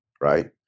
right